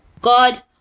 God